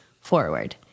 forward